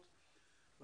קביל.